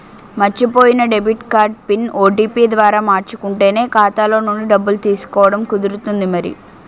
మర్చిపోయిన debit card PIN, OTP ద్వారా మార్చుకుంటేనే ఖాతాలో నుండి డబ్బులు తీసుకోవడం కుదురుతుంది మరి